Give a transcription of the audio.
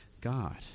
God